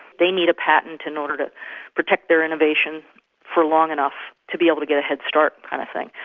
they need a patent in order to protect their innovation for long enough to be able to get a head start kind of thing.